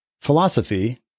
Philosophy